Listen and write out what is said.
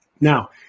Now